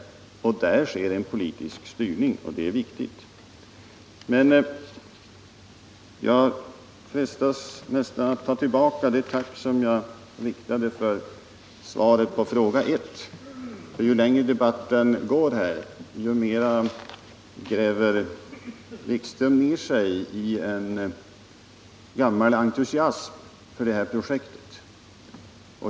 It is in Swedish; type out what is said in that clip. Det sker i det fallet en politisk styrning, och det är viktigt. Men jag frestas nästan att ta tillbaka det tack som jag uttalade för svaret på fråga 1, för ju längre debatten pågår, desto mera gräver Jan-Erik Wikström ned sig i en gammal entusiasm för det här projektet.